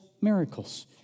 miracles